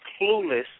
clueless